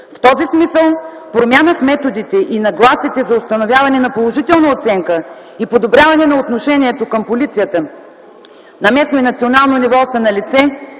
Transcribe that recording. В този смисъл промяна в методите и нагласите за установяване на положителна оценка и подобряване на отношението към полицията на местно и национално ниво са налице,